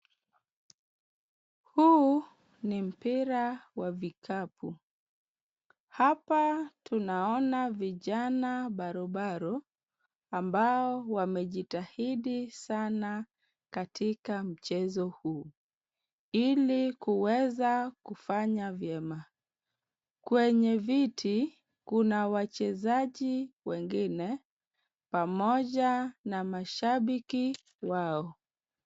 Huu ni mpira wa vikapu. Hapa tunaona vijana barubaru ambao wamejitahidi sana katika mchezo huu, ili kuweza kufanya vyema. Kwenye viti kuna wachezaji wengine pamoja na mashabiki wao.